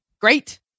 great